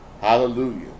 Hallelujah